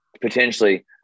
potentially –